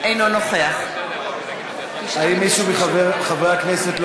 אינו נוכח האם מישהו מחברי הכנסת,